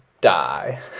die